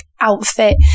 outfit